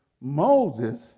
Moses